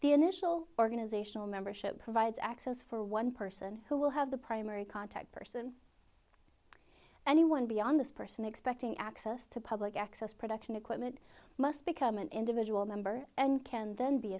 the initial organizational membership provides access for one person who will have the primary contact person anyone beyond this person expecting access to public access production equipment must become an individual member and can then be